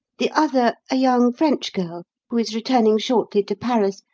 the other, a young french girl who is returning shortly to paris,